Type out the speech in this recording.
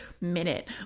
minute